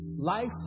Life